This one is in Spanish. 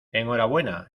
enhorabuena